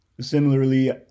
Similarly